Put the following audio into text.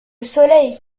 soleil